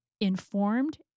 informed